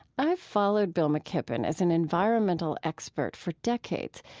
i've followed bill mckibben as an environmental expert for decades,